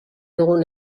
dugun